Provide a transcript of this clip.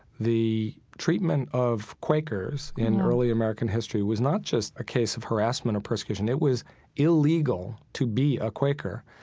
the treatment of quakers in early american history was not just a case of harassment or persecution, it was illegal to be a quaker.